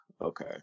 okay